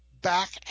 back